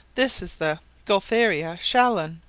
this is the gualtheria shallon,